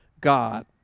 God